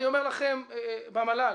אני אומר לכם במל"ל,